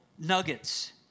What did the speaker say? nuggets